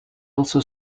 also